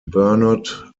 bernard